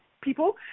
people